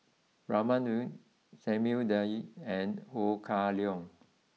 Raman Daud Samuel Dyer and Ho Kah Leong